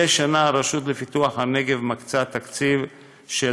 מדי שנה הרשות לפיתוח הנגב מקצה תקציב של